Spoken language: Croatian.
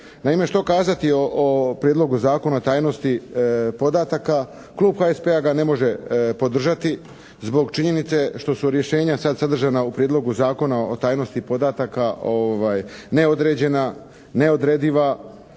Naime, što kazati o Prijedlog Zakona o tajnosti podataka? Klub HSP-a ga ne može podržati zbog činjenice što su rješenja sad sadržana u Prijedlog Zakona o tajnosti podataka neodređena, neodrediva,